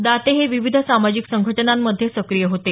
दाते हे विविध सामाजिक संघटनांमध्ये सक्रीय होते